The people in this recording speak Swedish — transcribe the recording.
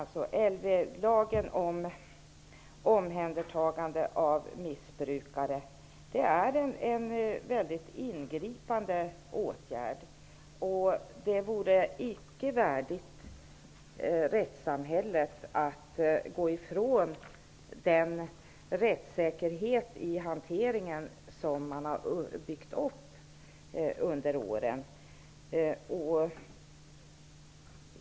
Lagen om omhändertagande av missbrukare innebär en mycket ingripande åtgärd. Det vore icke värdigt rättssamhället att gå ifrån den rättssäkerhet i hanteringen som har byggts upp under åren.